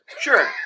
Sure